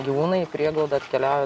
gyvūnai į prieglaudą atkeliauja